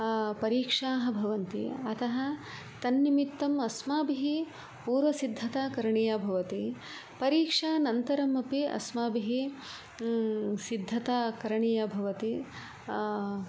परीक्षाः भवन्ति अतः तन्निमित्तम् अस्माभिः पूर्वसिद्धता करणीया भवति परीक्षानन्तरमपि अस्माभिः सिद्धता करणीया भवति